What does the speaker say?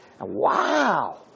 wow